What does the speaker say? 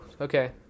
okay